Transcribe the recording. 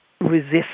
resist